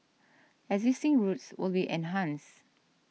existing routes will be enhanced